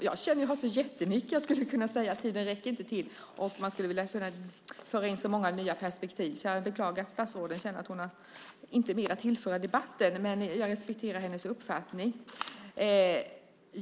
Fru talman! Jag som har så mycket att säga att tiden inte räcker till. Jag hade velat ta upp många andra perspektiv. Jag beklagar att statsrådet känner att hon inte har mer att tillföra debatten, men jag respekterar hennes uppfattning.